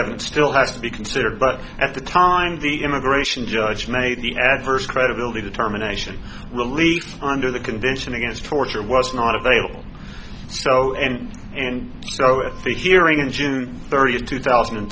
evidence still has to be considered but at the time the immigration judge made the adverse credibility determination relief under the convention against torture was not available so and and so it figuring in june thirtieth two thousand and